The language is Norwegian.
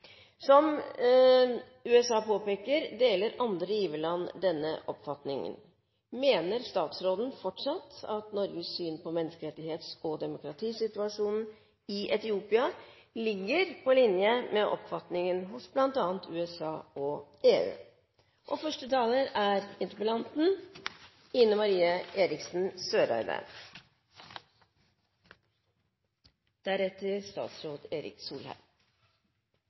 som var grunnlaget for denne debatten: «Mener statsråden fortsatt at Norges syn på menneskerettighets- og demokratisituasjonen i Etiopia ligger på linje med oppfatningen hos bl.a. USA og EU?» Nå har jeg altså krystallklart, uten noen som helst tvil, dokumentert at ja, det er tilfellet. Da går interpellanten